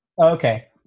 Okay